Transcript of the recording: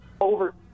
over